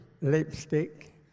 lipstick